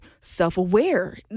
self-aware